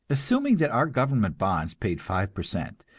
assuming that our government bonds paid five per cent,